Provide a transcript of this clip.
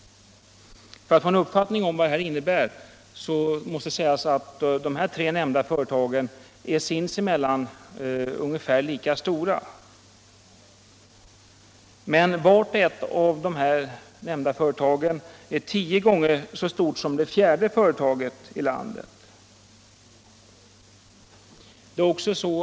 För att få en uppfattning om vad detta innebär måste det sägas att de tre nämnda företagen sinsemellan är ungefär lika stora men att vart och ett av de nämnda företagen är tio gånger så stort som det fjärde företaget i landet.